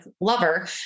lover